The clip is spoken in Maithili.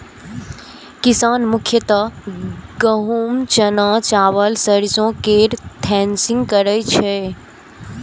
किसान मुख्यतः गहूम, चना, चावल, सरिसो केर थ्रेसिंग करै छै